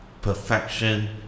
perfection